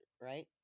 right